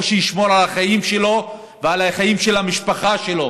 או שישמור על החיים שלו ועל החיים של המשפחה שלו